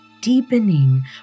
deepening